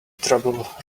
trouble